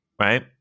right